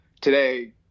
today